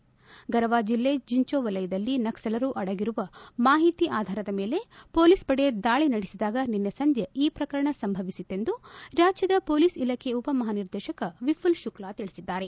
ಗರವಾ ಜಿಲ್ಲೆ ಚಿಂಜೋ ವಲಯದಲ್ಲಿ ನಕ್ಸಲರು ಅಡಗಿರುವ ಮಾಹಿತಿಯ ಆಧಾರದ ಮೇಲೆ ಮೊಲೀಸ್ ಪಡೆ ದಾಳಿ ನಡೆಸಿದಾಗ ನಿನ್ನೆ ಸಂಜೆ ಈ ಪ್ರಕರಣ ಸಂಭವಿಸಿತೆಂದು ರಾಜ್ಲದ ಪೊಲೀಸ್ ಇಲಾಖೆಯ ಉಪ ಮಹಾನಿರ್ದೇಶಕ ವಿಪುಲ್ ಶುಕ್ಲಾ ತಿಳಿಸಿದ್ದಾರೆ